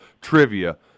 Trivia